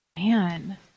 man